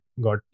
got